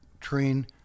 Train